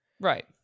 Right